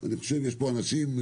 יש פה אנשים שהיו אתנו,